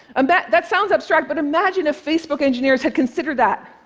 um that that sounds abstract, but imagine if facebook engineers had considered that